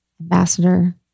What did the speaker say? ambassador